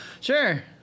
Sure